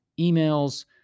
emails